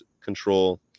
control